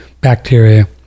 Bacteria